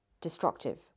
destructive